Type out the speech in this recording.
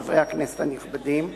חברי הכנסת הנכבדים,